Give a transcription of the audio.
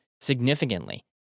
significantly